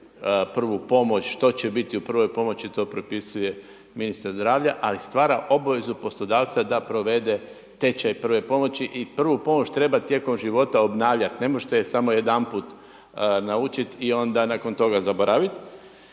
prvu pomoć, što će biti u prvoj pomoći to propisuje ministar zdravlja ali stvara obvezu poslodavca da provede tečaj prve pomoći. I prvu pomoć treba tijekom života obnavljati. Ne možete je samo jedanput naučiti i onda nakon toga zaboraviti.